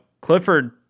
Clifford